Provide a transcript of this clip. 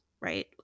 right